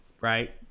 right